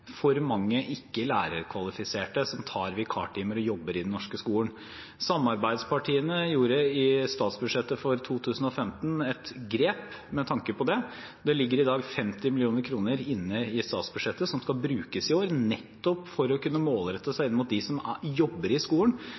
for mange ikke-lærerkvalifiserte som tar vikartimer og jobber i den norske skolen. Samarbeidspartiene gjorde i statsbudsjettet for 2015 et grep med tanke på det. Det ligger i dag 50 mill. kr inne i statsbudsjettet, som skal brukes i år nettopp for å kunne målrette seg inn mot de som jobber i skolen,